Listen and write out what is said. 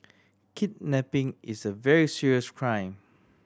kidnapping is a very serious crime